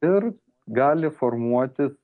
ir gali formuoti